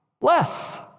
less